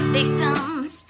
victims